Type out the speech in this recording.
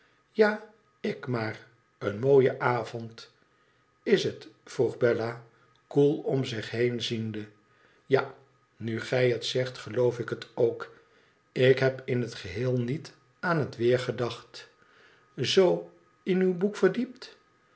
ja ik maar een mooie avond lis het vroeg bella koel om zich heen ziende ja nu gij het zegt geloof ik het ook ik heb in het geheel niet aan het weer gedacht zoo in uw boek verdiept